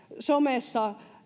somessa